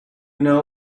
know